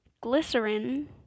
Glycerin